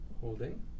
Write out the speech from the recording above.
Holding